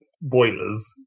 boilers